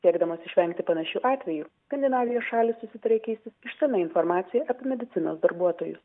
siekdamas išvengti panašių atvejų skandinavijos šalys susitarė keistis išsamia informacija apie medicinos darbuotojus